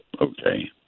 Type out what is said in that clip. okay